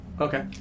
Okay